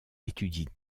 étudient